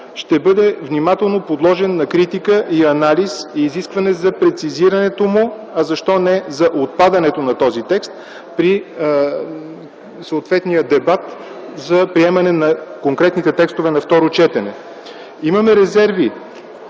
ще бъде внимателно подложен на критика и анализ и изискване за прецизирането му, а защо не за отпадането на този текст при съответния дебат за приемане на конкретните текстове на второ четене. Имаме резерви